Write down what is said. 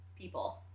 people